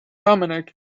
dominic